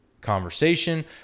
conversation